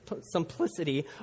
simplicity